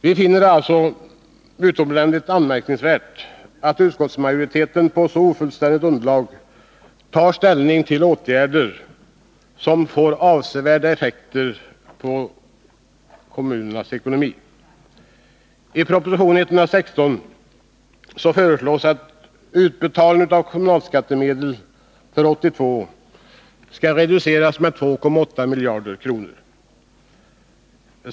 Vi finner det alltså utomordentligt anmärkningsvärt att utskottsmajoriteten på så ofullständigt underlag tar ställning till åtgärder som får avsevärda effekter på kommunernas ekonomi. I proposition 116 föreslås att utbetalningarna av kommunalskattemedel för 1982 skall reduceras med 2,8 miljarder kronor.